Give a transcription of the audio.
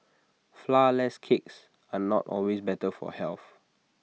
Flourless Cakes are not always better for health